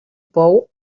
pou